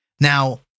now